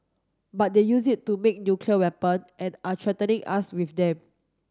but they used it to make nuclear weapon and are threatening us with them